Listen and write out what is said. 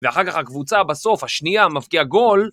ואחר כך הקבוצה בסוף, השנייה, מבקיאה גול.